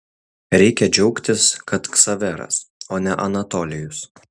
reikia džiaugtis kad ksaveras o ne anatolijus